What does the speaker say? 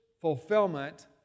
fulfillment